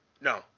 no